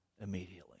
immediately